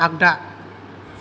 आगदा